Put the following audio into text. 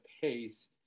pace